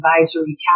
advisory